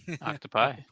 Octopi